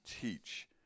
teach